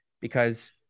because-